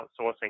outsourcing